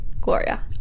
Gloria